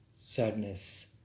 sadness